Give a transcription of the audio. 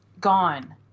Gone